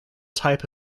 type